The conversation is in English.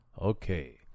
Okay